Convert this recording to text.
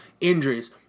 Injuries